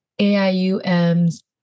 AIUM's